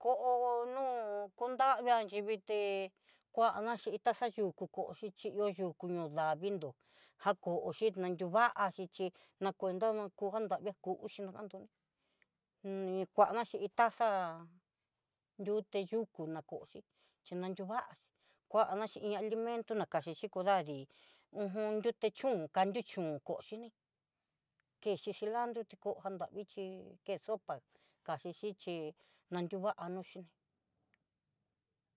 Ko'o nu'o kunravia xhi vité kuana chin iin taza yukú koxhi xhí ihó yuku ñoo davii ndó já koo xhí nriaduvaxí, chí nakuenta na kó jan davii ku'u xhí najandoni nikuanaxi iin taza nruté yukú, na kochi chí ñandobaxhí, kuana xhí iin alimento ná kaxixi kudadii uj nruté chón kandió chón koxhini, kexhi cilandró ti kóp já nravichí, ke sopa kaxhixichí ná nriuvanó xhiní.